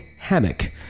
hammock